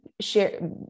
share